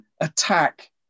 attack